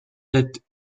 sept